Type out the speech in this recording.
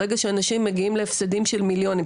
ברגע שאנשים מגיעים להפסדים של מיליונים.